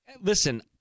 listen